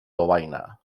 lovaina